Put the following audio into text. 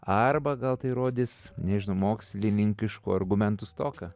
arba gal tai rodys nežinau mokslininkiškų argumentų stoką